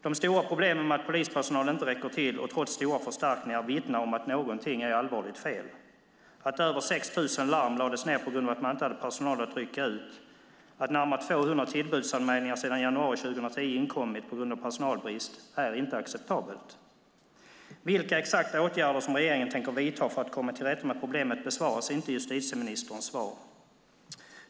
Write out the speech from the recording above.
De stora problemen med att polispersonalen inte räcker till trots stora förstärkningar vittnar om att någonting är allvarligt fel. Över 6 000 larm lades ned på grund av att man inte hade personal som kunde rycka ut, och närmare 200 tillbudsanmälningar har inkommit sedan januari 2010 på grund av personalbrist. Det är inte acceptabelt. Vilka exakta åtgärder som regeringen tänker vidta för att komma till rätta med problemet besvaras inte i justitieministerns svar.